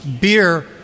beer